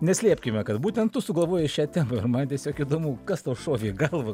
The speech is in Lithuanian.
neslėpkime kad būtent tu sugalvojai šią temą ir man tiesiog įdomu kas tau šovė į galvą